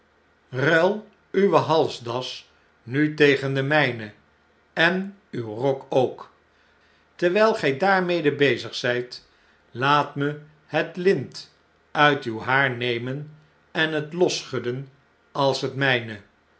euil uwe halsdas nu tegen de mijne en uw rok ook terwjjl gg daarmede bezig zjjt laat me het lint uit uw haar nemen en net losschudden als het mjjne